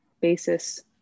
basis